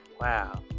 wow